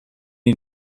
you